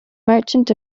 merchant